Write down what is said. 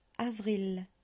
Avril